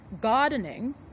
gardening